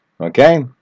Okay